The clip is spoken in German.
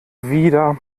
wieder